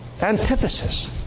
antithesis